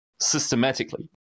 systematically